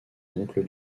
oncle